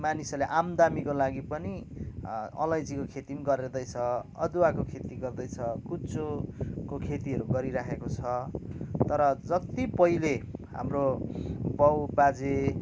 मानिसहरूले आमदामीको लागि पनि अलैँचीको खेती पनि गर्दैछ अदुवाको खेती गर्दैछ कुचोको खेतीहरू गरिराखेको छ तर जति पहिले हाम्रो बाउ बाजे